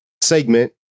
segment